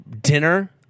dinner